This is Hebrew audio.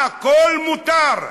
הכול מותר.